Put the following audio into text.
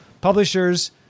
Publishers